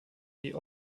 die